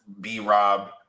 B-Rob